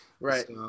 right